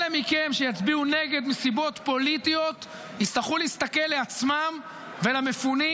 אלה מכם שיצביעו נגד מסיבות פוליטיות יצטרכו להסתכל לעצמם ולמפונים